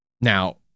Now